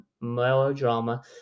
melodrama